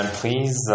please